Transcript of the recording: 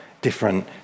different